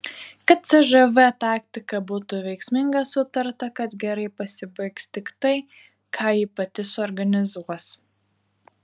kad cžv taktika būtų veiksminga sutarta kad gerai pasibaigs tik tai ką ji pati suorganizuos